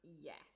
yes